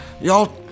Y'all